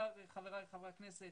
חבריי חברי הכנסת